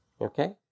Okay